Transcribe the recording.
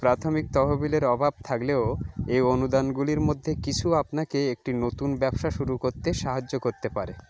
প্রাথমিক তহবিলের অভাব থাকলেও এ অনুদানগুলির মধ্যে কিছু আপনাকে একটি নতুন ব্যবসা শুরু করতে সাহায্য করতে পারে